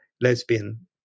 lesbian